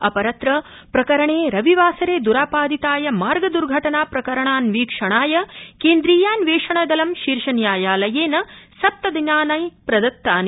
अपरत्र प्रकरणे रविवासरे द्रापादिताय मार्ग दर्घटना प्रकरणान्वीक्षणाय केन्द्रीयान्वेषणदलं शीर्षन्यायालयेन सप्तदिनानि प्रदत्तानि